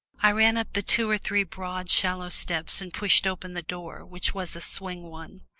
i ran up the two or three broad shallow steps and pushed open the door, which was a swing one.